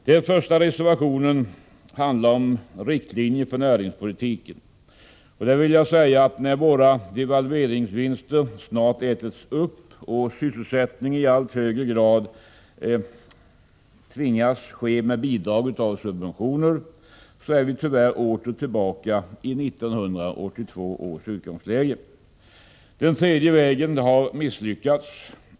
Den första reservationen handlar om riktlinjer för näringspolitiken, och där vill jag säga att när våra devalveringsvinster snart ätits upp och sysselsättningen i allt högre grad tvingas ske med bidrag och subventioner är vi tyvärr åter tillbaka i 1982 års utgångsläge. Den tredje vägen har misslyckats.